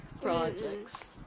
projects